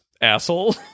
asshole